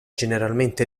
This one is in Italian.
generalmente